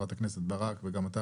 וגם אתה,